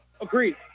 Agreed